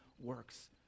works